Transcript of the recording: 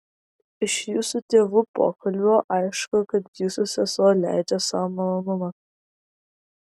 iš jūsų tėvų pokalbio aišku kad jūsų sesuo leidžia sau malonumą